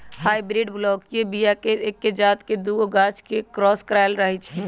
hybrid बलौकीय बीया एके जात के दुगो गाछ के क्रॉस कराएल रहै छै